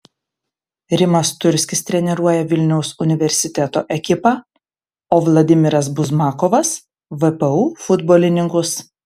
rimas turskis treniruoja vilniaus universiteto ekipą o vladimiras buzmakovas vpu futbolininkus